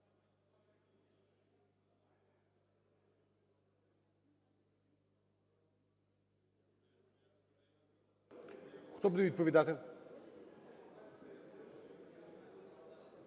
Хто буде відповідати?